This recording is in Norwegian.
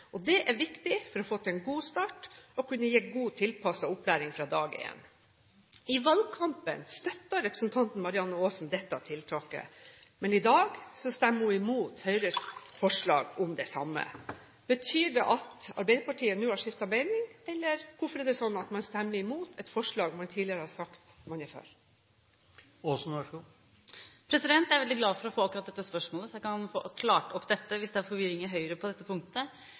Det er viktig for å få en god start og for å kunne gi god tilpasset opplæring fra dag én. I valgkampen støttet representanten Marianne Aasen dette tiltaket, men i dag stemmer hun imot Høyres forslag om det samme. Betyr det at Arbeiderpartiet nå har skiftet mening? Eller: Hvorfor er det sånn at man stemmer imot et forslag man tidligere har sagt at man er for? Jeg er veldig glad for å få akkurat dette spørsmålet, så jeg kan få oppklart dette hvis det er forvirring i Høyre på dette punktet.